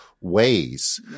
ways